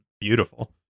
beautiful